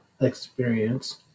experience